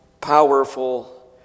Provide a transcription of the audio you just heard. powerful